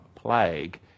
plague